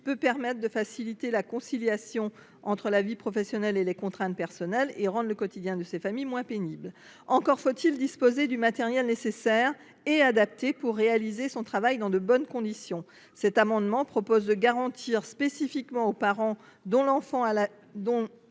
peut permettre de faciliter la conciliation entre la vie professionnelle et les contraintes personnelles et de rendre le quotidien de ces familles moins pénible. Encore faut il disposer du matériel nécessaire et adapté pour réaliser son travail dans de bonnes conditions. Cet amendement tend à garantir spécifiquement aux parents dont l’enfant à